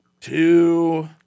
two